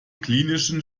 klinischen